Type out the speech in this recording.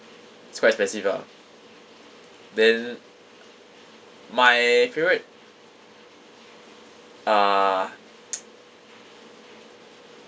it's quite expensive ah then my favourite uh